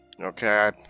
Okay